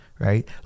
right